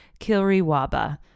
Kilriwaba